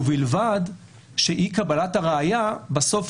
ובלבד שאי-קבלת הראיה בסוף